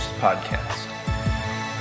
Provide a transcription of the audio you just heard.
podcast